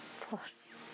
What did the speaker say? plus